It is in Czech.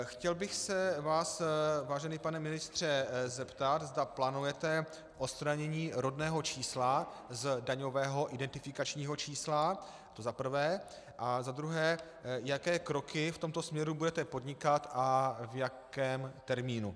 Chtěl bych se vás, vážený pane ministře, zeptat, zda plánujete odstranění rodného čísla z daňového identifikačního čísla, to za prvé, a za druhé, jaké kroky v tomto směru budete podnikat a v jakém termínu.